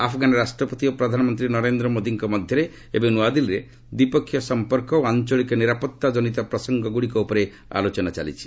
Afghan ରାଷ୍ଟ୍ରପତି ଓ ପ୍ରଧାନମନ୍ତ୍ରୀ ନରେନ୍ଦ୍ର ମୋଦିଙ୍କ ମଧ୍ୟରେ ଏବେ ନ୍ନଆଦିଲ୍ଲୀରେ ଦ୍ୱିପକ୍ଷୀୟ ସମ୍ପର୍କ ଓ ଆଞ୍ଚଳିକ ନିରାପତ୍ତା ଜନିତ ପ୍ରସଙ୍ଗଗୁଡ଼ିକ ଉପରେ ଆଲୋଚନା ଚାଲିଛି